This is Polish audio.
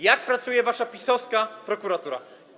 Jak pracuje wasza PiS-owska prokuratura?